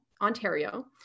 Ontario